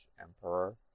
emperor